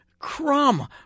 Crumb